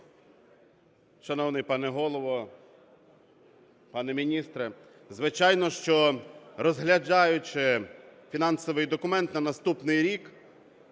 Шановний пане Голово, пане міністре, звичайно, що розглядаючи фінансовий документ на наступний рік,